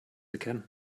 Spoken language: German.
erkennen